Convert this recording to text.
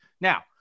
now